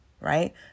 right